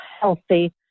healthy